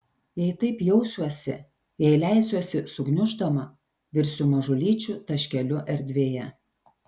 jei taip jausiuosi jei leisiuosi sugniuždoma virsiu mažulyčiu taškeliu erdvėje